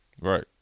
Right